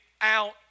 out